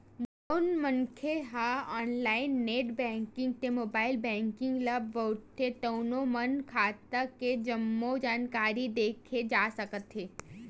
जउन मनखे ह ऑनलाईन नेट बेंकिंग ते मोबाईल बेंकिंग ल बउरथे तउनो म खाता के जम्मो जानकारी देखे जा सकथे